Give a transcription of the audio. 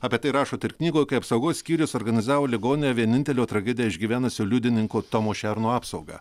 apie tai rašot ir knygoj kai apsaugos skyrius organizavo ligonę vienintelio tragediją išgyvenusio liudininko tomo šerno apsaugą